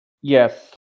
Yes